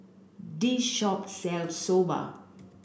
this shop sells Soba